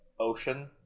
ocean